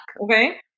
okay